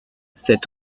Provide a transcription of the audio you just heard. cet